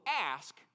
ask